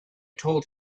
told